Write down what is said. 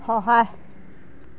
সহায়